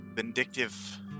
vindictive